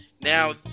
now